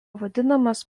vadinamas